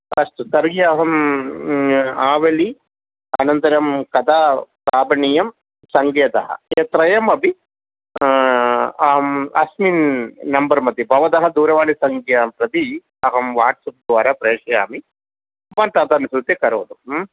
अस्तु तर्हि अहम् आवलीम् अनन्तरं कदा प्रापणीयं सङ्केतः एतत् त्रयमपि अहम् अस्मिन् नम्बर्मध्ये भवतः दूरवाणीसंङ्ख्यां प्रति अहं वाट्सप्द्वारा प्रेषयामि भवान् तदनुसृत्य करोतु